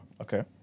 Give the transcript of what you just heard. okay